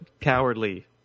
cowardly